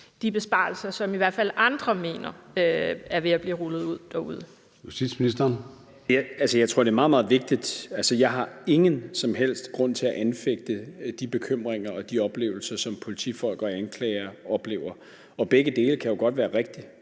Kl. 14:18 Justitsministeren (Peter Hummelgaard): Jeg tror, at det er meget, meget vigtigt. Jeg har ingen som helst grund til at anfægte de bekymringer og de oplevelser, som politifolk og anklagere oplever. Begge dele kan jo godt være rigtige